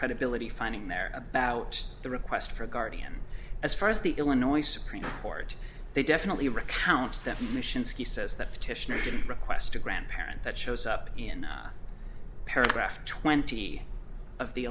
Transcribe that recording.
credibility finding there about the request for a guardian as far as the illinois supreme court they definitely recounts definitions ski says that petitioner can request a grandparent that shows up in paragraph twenty of the